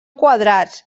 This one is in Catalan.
quadrats